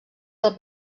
del